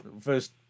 first